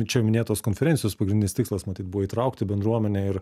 čia minėtos konferencijos pagrindinis tikslas matyt buvo įtraukti bendruomenę ir